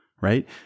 right